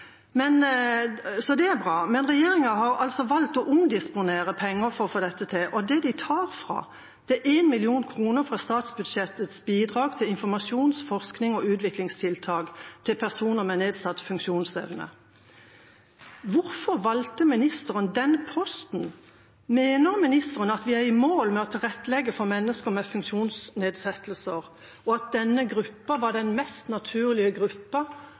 Men regjeringa har altså valgt å omdisponere penger for å få dette til, og det de tar fra, er 1 mill. kr fra statsbudsjettets bidrag til informasjons-, forsknings- og utviklingstiltak til personer med nedsatt funksjonsevne. Hvorfor valgte ministeren den posten? Mener ministeren at vi er i mål med å tilrettelegge for mennesker med funksjonsnedsettelser, og at denne gruppa var den mest naturlige gruppa